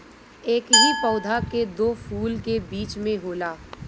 एकही पौधा के दू फूल के बीच में होला